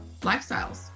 lifestyles